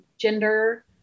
gender